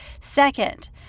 Second